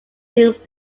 since